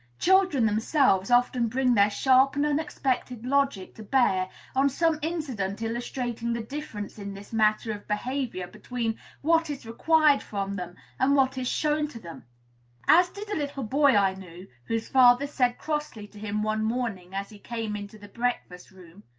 children themselves often bring their sharp and unexpected logic to bear on some incident illustrating the difference in this matter of behavior between what is required from them and what is shown to them as did a little boy i knew, whose father said crossly to him one morning, as he came into the breakfast-room,